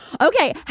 Okay